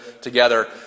together